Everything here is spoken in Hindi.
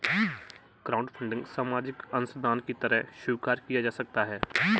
क्राउडफंडिंग सामाजिक अंशदान की तरह स्वीकार किया जा सकता है